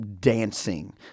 dancing